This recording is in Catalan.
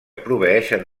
proveeixen